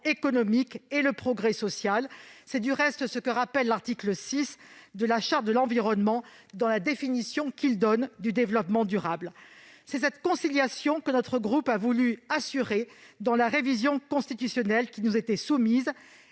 économique et le progrès social. C'est, du reste, ce que rappelle l'article 6 de la Charte de l'environnement dans la définition qu'il donne du développement durable. C'est cette conciliation que notre groupe a voulu assurer dans la révision constitutionnelle qui nous était soumise,